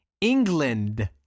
England